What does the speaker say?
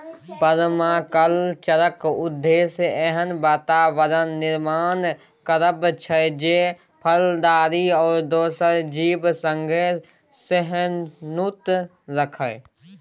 परमाकल्चरक उद्देश्य एहन बाताबरणक निर्माण करब छै जे फलदायी आ दोसर जीब संगे सहिष्णुता राखय